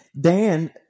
Dan